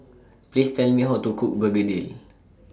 Please Tell Me How to Cook Begedil